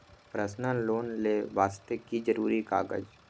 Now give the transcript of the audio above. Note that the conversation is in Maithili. पर्सनल लोन ले वास्ते की जरुरी कागज?